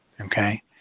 okay